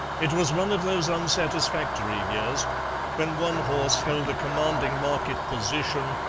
it was one of those unsatisfactory years when one horse held a commanding market position,